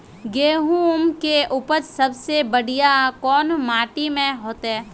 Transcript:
गेहूम के उपज सबसे बढ़िया कौन माटी में होते?